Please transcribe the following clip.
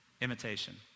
Imitation